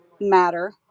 matter